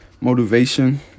motivation